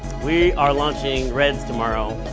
we are launching red's tomorrow,